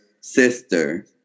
sister